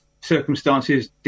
circumstances